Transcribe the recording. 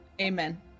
Amen